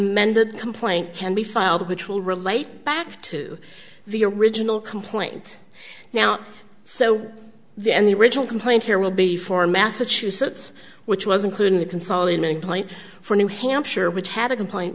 amended complaint can be filed which will relate back to the original complaint now so then the original complaint here will be for massachusetts which was including the consolidated point for new hampshire which had a complaint